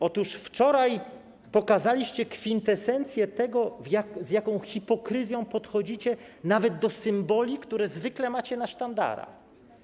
Otóż wczoraj pokazaliście kwintesencję tego, z jaką hipokryzją podchodzicie nawet do symboli, które zwykle macie na sztandarach.